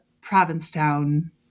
Provincetown